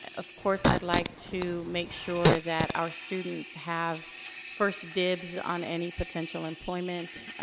of course i'd like to make sure that our students have first dibs on any potential employment,